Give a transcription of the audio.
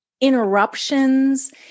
interruptions